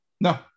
No